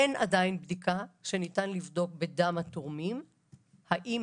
אין עדיין בדיקה שניתן לבדוק בדם התורמים האם